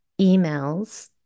emails